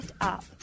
Up